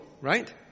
right